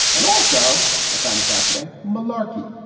and also, i found this out today malarkey.